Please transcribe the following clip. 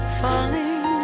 falling